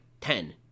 Ten